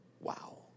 Wow